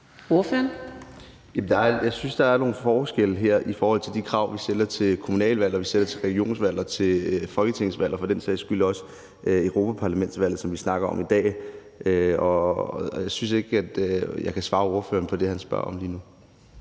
Jeg synes, at der er nogle forskelle her i forhold til de krav, vi stiller til kommunalvalg, regionsvalg, folketingsvalg og for den sags skyld også europaparlamentsvalg, som vi snakker om i dag. Jeg synes ikke, at jeg kan svare ordføreren på det, han spørger om lige nu.